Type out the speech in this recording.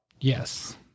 Yes